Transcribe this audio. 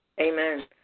Amen